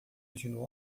vestindo